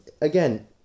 again